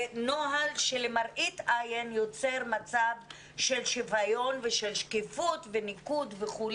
זה נוהל שלמראית עין יוצר מצב של שוויון ושל שקיפות וניקוד וכו',